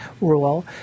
rule